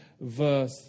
verse